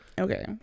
Okay